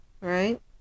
Right